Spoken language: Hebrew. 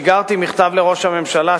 שיגרתי מכתב לראש הממשלה,